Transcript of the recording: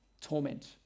Torment